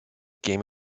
game